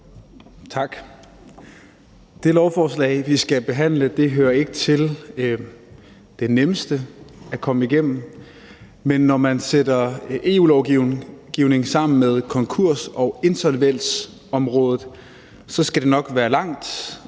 Tak. Det lovforslag, vi skal behandle, hører ikke til det nemmeste at komme igennem, men når man sætter EU-lovgivning sammen med konkurs- og insolvensområdet, skal det nok være langt,